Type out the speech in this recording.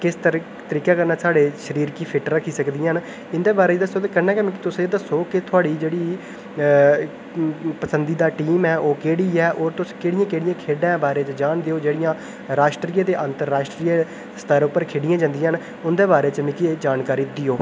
किस तरिके कन्नै साढ़े शरीर गी फिट रक्खी सकदियां न इदें बारे च तुस ऐ दस्सो कि थुहाड़ी टीम ऐ जेहड़ी ओह् केह्डी ऐ तुस केह्डी केह्डी खेढां खेढदे ओ जेह्डियां राश्ट्रीय अंतर्राश्ट्रीय स्तर उप्पर खेढियां जंदियां न उंदे बारे च मिगी जानकारी देओ